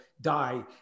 die